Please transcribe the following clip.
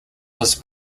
was